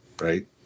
right